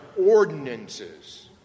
ordinances